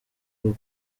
bwo